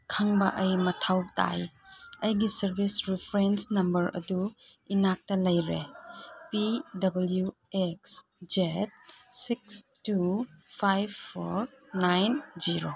ꯈꯪꯕ ꯑꯩ ꯃꯊꯧ ꯇꯥꯏ ꯑꯩꯒꯤ ꯁꯥꯔꯕꯤꯁ ꯔꯤꯐ꯭ꯔꯦꯟꯁ ꯅꯝꯕꯔ ꯑꯗꯨ ꯏꯅꯥꯛꯇ ꯂꯩꯔꯦ P W X Z six two five four nine zero